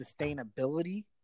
sustainability